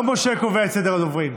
לא, אדוני,